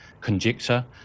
conjecture